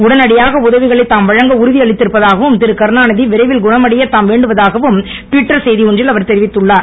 உடனடியாக உதவிகளை தாம் வழங்க உறுதி அளித்திருப்பதாகவும் திருகருணாநிதி விரைவில் குணம் அடைய தாம் வேண்டுவதாகவும் ட்விட்டர் செய்தி ஒன்றில் அவர் தெரிவித்துள்ளார்